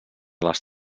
les